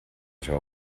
seua